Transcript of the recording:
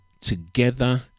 together